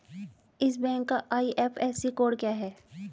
इस बैंक का IFSC code क्या है?